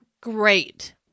Great